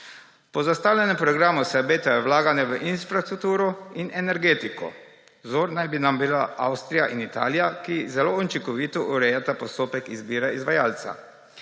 Po zastavljenem programu se obetajo vlaganja v infrastrukturo in energetiko. Vzor naj bi nam bila Avstrija in Italija, ki zelo učinkovito urejata postopek izbire izvajalca.